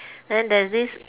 then there's this